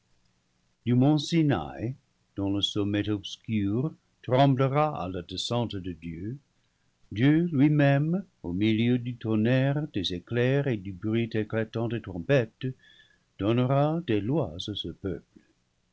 dont le sommet obscur tremblera à la descente de dieu dieu lui-même au milieu du tonnerre des éclairs et du bruit éclatant des trompettes donnera des lois à ce peuple